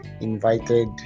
invited